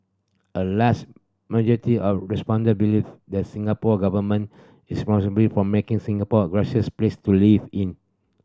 a large majority of respondent believe that Singapore Government is for making Singapore a gracious place to live in